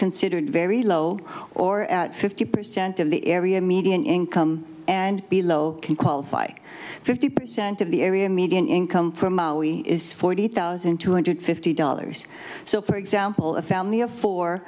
considered very low or at fifty percent of the area median income and below can qualify fifty percent of the area median income from is forty eight thousand two hundred fifty dollars so for example a family of four